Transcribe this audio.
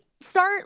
start